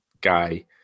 guy